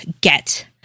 get